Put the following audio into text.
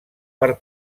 per